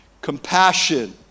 Compassion